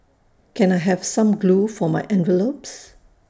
can I have some glue for my envelopes